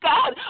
God